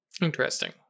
Interesting